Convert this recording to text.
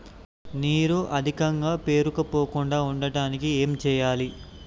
నీరు అధికంగా పేరుకుపోకుండా ఉండటానికి ఏం చేయాలి?